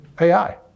AI